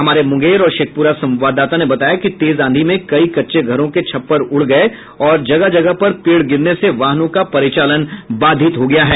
हमारे मुंगेर और शेखपुरा संवाददाता ने बताया कि तेज आंधी में कई कच्चे घरों के छप्पर उड़ गये और जगह जगह पर पेड़ गिरने से वाहनों का परिचालन बाधित है